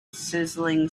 sizzling